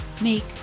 make